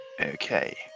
Okay